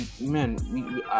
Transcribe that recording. man